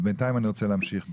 בינתיים אני רוצה להמשיך בהקראה.